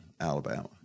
Alabama